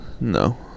No